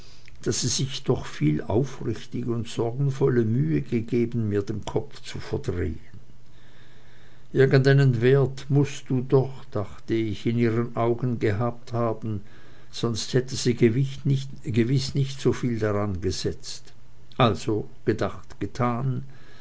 daß sie sich doch so viel aufrichtige und sorgenvolle mühe gegeben mir den kopf zu verdrehen irgendeinen wert mußt du doch dachte ich in ihren augen gehabt haben sonst hätte sie gewiß nicht soviel darangesetzt also gedacht getan